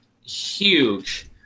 Huge